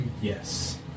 Yes